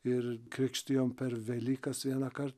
ir krikštijom per velykas vienąkart